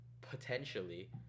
potentially